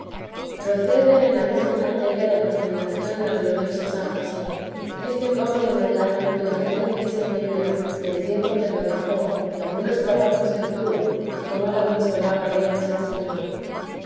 procede en la mesma materia de la fundación del glorioso san josé dice cómo le mandaron que no entendiese en ella y el tiempo que lo dejó y algunos trabajos que tuvo y cómo la consolaba en ellos el señor